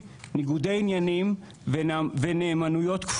מה מושחת בשיטה שהם עצמם יצרו וסיפרו לעצמם?